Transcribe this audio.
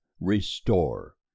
Restore